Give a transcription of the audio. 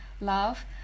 love